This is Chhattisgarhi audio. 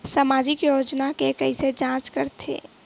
सामाजिक योजना के कइसे जांच करथे?